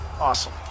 Awesome